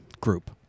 group